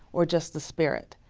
or just the spirit.